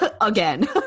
again